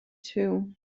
too